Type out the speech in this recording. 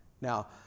Now